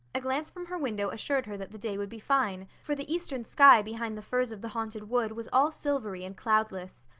a glance from her window assured her that the day would be fine, for the eastern sky behind the firs of the haunted wood was all silvery and cloudless.